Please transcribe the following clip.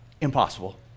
Impossible